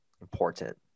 important